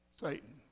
Satan